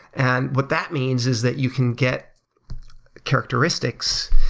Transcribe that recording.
and what that means is that you can get characteristics,